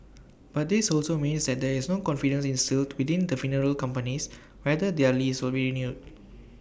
but this also means that there is no confidence instilled within the funeral companies whether their lease will be renewed